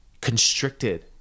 constricted